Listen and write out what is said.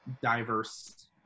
diverse